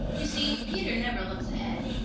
you see, peter never looks ahead.